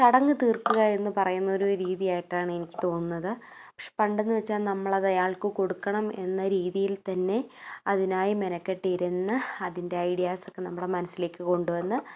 ചടങ്ങ് തീർക്കുക എന്ന് പറയുന്ന ഒരു രീതി ആയിട്ടാണ് എനിക്ക് തോന്നുന്നത് പക്ഷേ പണ്ടെന്ന് വെച്ചാൽ നമ്മളത് ആയാൾക്ക് കൊടുക്കണം എന്ന രീതിയിൽ തന്നെ അതിനായി മെനക്കെട്ട് ഇരുന്ന് അതിൻ്റെ ഐഡിയാസൊക്കെ നമ്മുടെ മനസ്സിലേക്ക് കൊണ്ടുവന്ന്